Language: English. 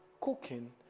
cooking